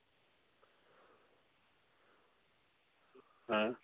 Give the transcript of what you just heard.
ᱦᱮᱸ